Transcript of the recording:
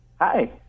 Hi